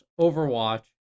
Overwatch